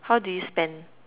how do you spend